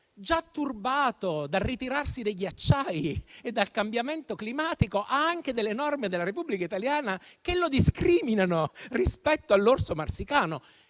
già turbato dal ritirarsi dei ghiacciai e dal cambiamento climatico, ha anche delle norme della Repubblica italiana che lo discriminano rispetto all'orso marsicano.